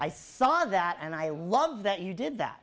i saw that and i love that you did that